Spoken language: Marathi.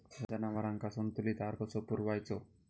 जनावरांका संतुलित आहार कसो पुरवायचो?